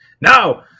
No